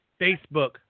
Facebook